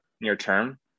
near-term